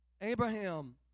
Abraham